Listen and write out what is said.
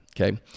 okay